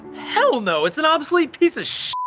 hell, no! it's an obsolete piece of sh